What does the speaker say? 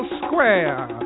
square